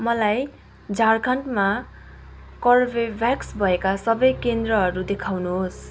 मलाई झारखण्डमा कोर्बेभ्याक्स भएका सबै केन्द्रहरू देखाउनुहोस्